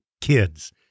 kids